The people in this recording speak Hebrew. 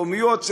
לאומיות,